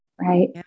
Right